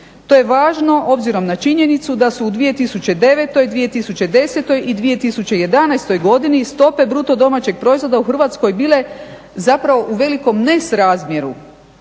To je važno obzirom na činjenicu da su u 2009., 2010. i 2011. godini stope BDP-a u Hrvatskoj bile zapravo u velikom nesrazmjeru,